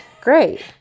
great